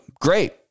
great